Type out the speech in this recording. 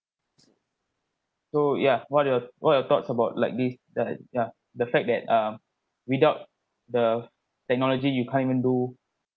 so ya what your what your thoughts about like this that ya the fact that um without the technology you can't even do